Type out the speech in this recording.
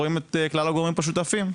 רואים את כלל הגורמים פה משותפים,